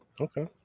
okay